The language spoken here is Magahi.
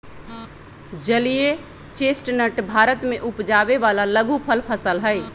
जलीय चेस्टनट भारत में उपजावे वाला लघुफल फसल हई